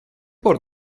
пор